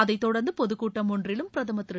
அதைத்தொடர்ந்து பொதுக்கூட்டம் ஒன்றிலும் பிரதமர் திரு